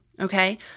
Okay